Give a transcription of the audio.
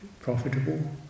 Profitable